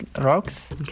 rocks